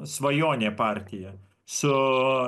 svajonė partija su